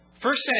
First